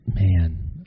man